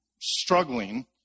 struggling